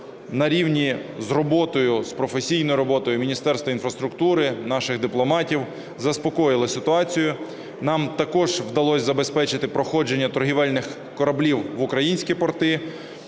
на рівні з роботою, з професійною роботою Міністерства інфраструктури, наших дипломатів заспокоїли ситуацію. Нам також вдалось забезпечити проходження торгівельних кораблів в українські порти,